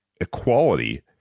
equality